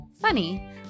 funny